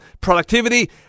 productivity